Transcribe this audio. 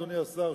אדוני השר,